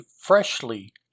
freshly